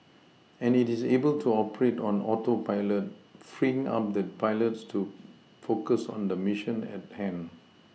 and it is able to operate on Autopilot freeing up the pilots to focus on the Mission at hand